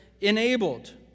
enabled